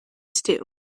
stew